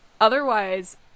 Otherwise